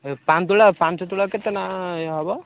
ପାଞ୍ଚ ତୁଲା ପାଞ୍ଚତୁଲା କେତେ ଟଙ୍କା ହେବ